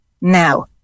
now